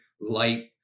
light